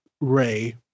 Ray